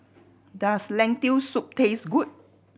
does Lentil Soup taste good